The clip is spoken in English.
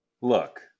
Look